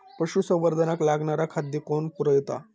पशुसंवर्धनाक लागणारा खादय कोण पुरयता?